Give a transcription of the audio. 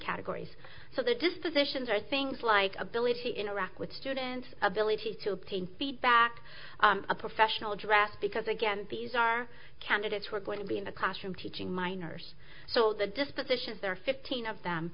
categories so the dispositions or things like ability interact with students ability to obtain feedback a professional draft because again these are candidates who are going to be in the classroom teaching minors so the dispositions there are fifteen of them